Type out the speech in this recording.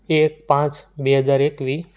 એક પાંચ બે હજાર એકવીસ